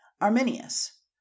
Arminius